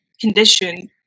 condition